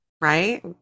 right